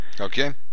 Okay